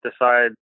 decide